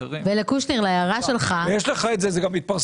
יש לך את זה, וזה גם מתפרסם